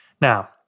Now